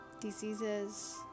diseases